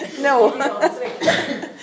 No